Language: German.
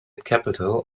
capitol